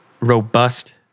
robust